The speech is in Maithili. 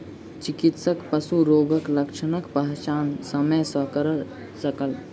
चिकित्सक पशु रोगक लक्षणक पहचान समय सॅ कय सकल